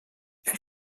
elle